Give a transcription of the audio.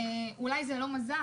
אולי זה לא מזל,